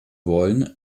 wollen